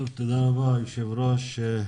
תודה רבה, היושב ראש.